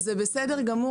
וזה בסדר גמור